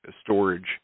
storage